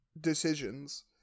decisions